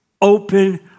open